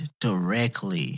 Directly